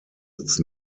its